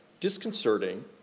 disconcerting,